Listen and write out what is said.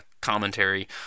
commentary